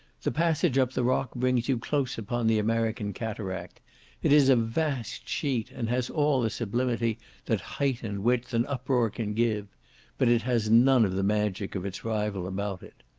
the passage up the rock brings you close upon the american cataract it is a vast sheet, and has all the sublimity that height and width, and uproar can give but it has none of the magic of its rival about it.